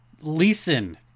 Leeson